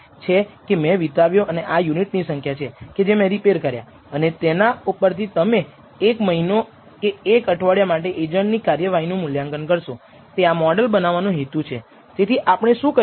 તેથી આ 95 ટકા કોન્ફિડન્સ ઈન્ટર્વલસનું નિર્માણ કર્યા પછી તમે આનો ઉપયોગ પરીક્ષણ માટે પણ કરી શકો છો કે શું β0 એ અજ્ઞાત β0 0 છે અથવા અજ્ઞાત β1 0 છે કે નહીં તે આપણે કરીશું